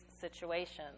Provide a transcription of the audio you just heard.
situations